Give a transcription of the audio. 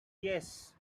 yes